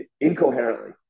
incoherently